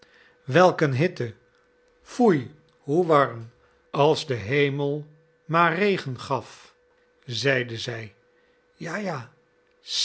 een hitte foei hoe warm als de hemel maar regen gaf zeide zij ja ja